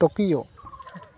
Tokyo